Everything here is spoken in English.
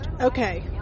Okay